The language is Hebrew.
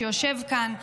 שיושב כאן.